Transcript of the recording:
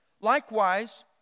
Likewise